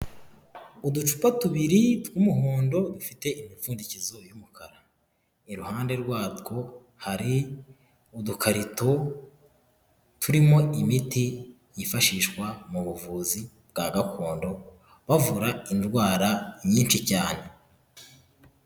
Uducupa tubiri tw'umuhondo dufite imipfundikizo y'umukara, iruhande rwatwo hari udukarito turimo imiti yifashishwa mu buvuzi bwa gakondo bavura indwara nyinshi cyane.